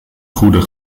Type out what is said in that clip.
goede